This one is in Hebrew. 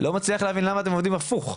לא מצליח למה אתם עובדים הפוך.